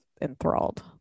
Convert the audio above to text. enthralled